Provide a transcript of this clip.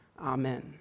Amen